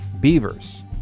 beavers